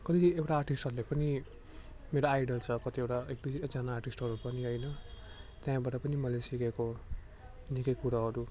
कहिले एउटा आर्टिस्टहरूले पनि मेरो आइडल छ कतिवटा एक दुईजना आर्टिस्टहरू पनि होइन त्यहाँबटा पनि मैले सिकेको निकै कुराहरू